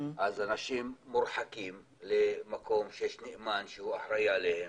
אנשים מורחקים למקום ומישהו אחראי עליהם,